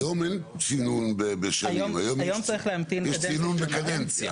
היום אין צינון בשנים, היום יש צינון בקדנציה.